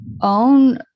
own